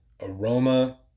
aroma